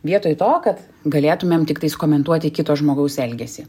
vietoj to kad galėtumėm tiktais komentuoti kito žmogaus elgesį